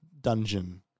dungeon